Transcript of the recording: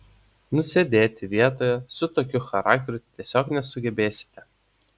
nusėdėti vietoje su tokiu charakteriu tiesiog nesugebėsite